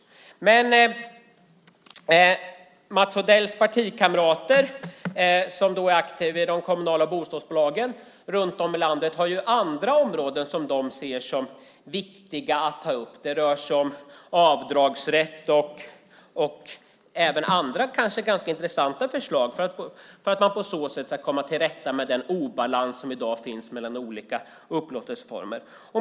Mats Odells partikamrater som är aktiva inom de kommunala bostadsbolagen runt om i landet har andra områden som de ser som viktiga att ta upp. Det rör sig om avdragsrätt och andra intressanta förslag för att man ska komma till rätta med den obalans som i dag finns mellan olika upplåtelseformer.